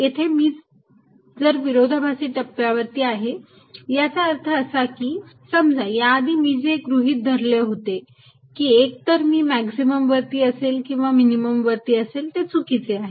येथे मी जर विरोधाभासी टप्प्यावरती आहे याचा अर्थ असा की समजा या आधी मी जे गृहीत धरले होते की एक तर मी मॅक्झिमम वरती असेल किंवा मिनिमम वरती असेल ते चुकीचे आहे